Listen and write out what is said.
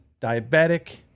diabetic